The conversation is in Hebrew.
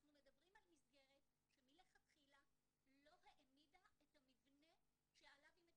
אנחנו מדברים על מסגרת שמלכתחילה לא העמידה את המבנה שעליו היא מתוקצבת.